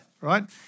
right